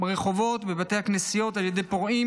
ברחובות ובבתי הכנסיות על ידי פורעים,